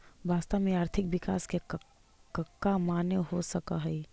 वास्तव में आर्थिक विकास के कका माने हो सकऽ हइ?